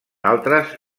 altres